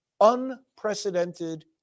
unprecedented